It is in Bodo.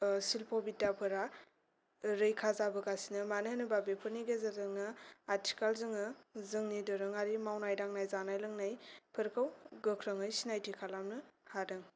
सिलफ' बिधाफोरा रैखा जाबोगासिनो मानो होनोबा बेफोरनि गेजेरजोंनो आथिखाल जोङो जोंनि दोरोङारि मावनाय दांनाय जानाय लोंनाय फोरखौ गोख्रोंयै सिनायथि खालामनो हादों